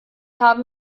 habe